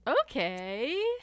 Okay